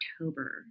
October